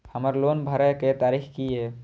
हमर लोन भरए के तारीख की ये?